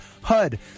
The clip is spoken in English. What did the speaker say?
HUD